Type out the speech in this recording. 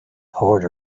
poured